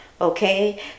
Okay